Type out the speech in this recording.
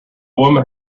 woman